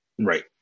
Right